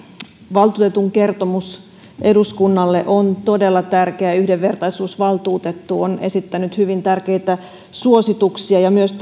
valtuutetun kertomus eduskunnalle on todella tärkeä yhdenvertaisuusvaltuutettu on esittänyt hyvin tärkeitä suosituksia ja myös